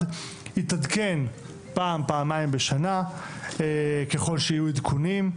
ויתעדכן פעם-פעמיים בשנה ככל שיהיו עדכונים.